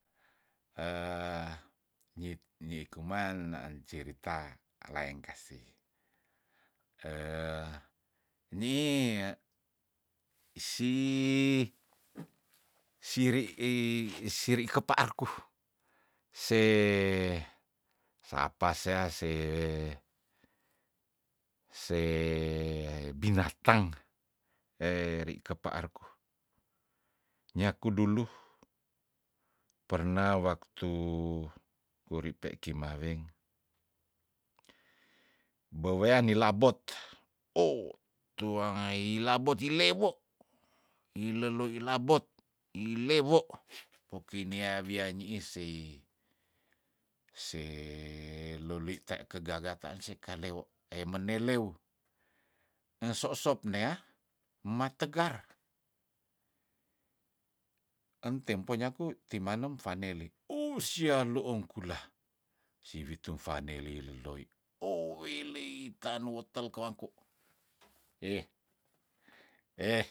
nyit nyi kuman ancirita alaeng kasi ni isi siri isiri kepaarku se sapa sea se- se binatang eri kepaar ku nyaku dulu perna waktu kuri pe kimaweng bewea nilabot ow tuanga ilabot ilewo ileloi ilabot ilewo poki nea wianyii sei se leloi te kegagataan seka lewo emene lewu eng sosop neah mategar entempo nyaku timanem vaneli uh sialoong kula si witung vaneli leloi owelei tanuotel kawangko eh eh eh